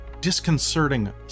disconcerting